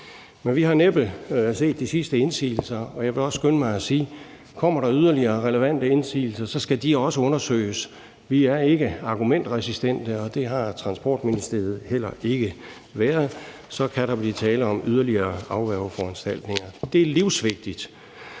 Men vi har næppe set de sidste indsigelser, og jeg vil også skynde mig at sige, at kommer der yderligere relevante indsigelser, skal de også undersøges. Vi er ikke argumentresistente, og det har Transportministeriet heller ikke været, og der kan blive tale om yderligere afværgeforanstaltninger. Det er livsvigtigt